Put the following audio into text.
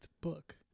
book